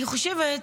אני חושבת,